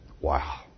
Wow